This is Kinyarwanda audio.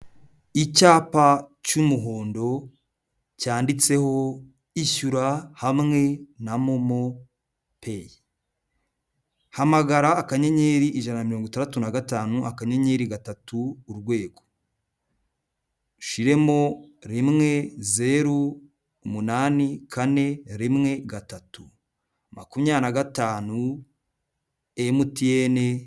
Icyapa cy'umuhondo cyanditseho ishyura hamwe na momo peyi. Hamagara akanyenyeri ijana na mirongo itandatu na gatanu akanyenyeri gatatu, urwego, ushyiremo rimwe, zeru, umunani, kane, rimwe, gatatu, makumyabiri na gatanu MTN...